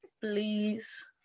Please